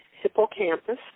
hippocampus